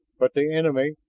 but the enemy,